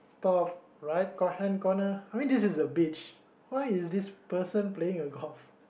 top right cor hand corner I mean this is a beach why is this person playing a golf